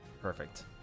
Perfect